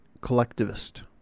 collectivist